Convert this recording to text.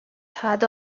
had